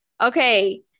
Okay